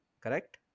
correct